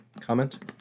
comment